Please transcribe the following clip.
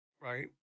right